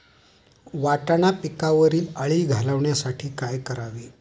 वाटाणा पिकावरील अळी घालवण्यासाठी काय करावे?